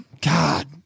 God